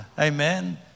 Amen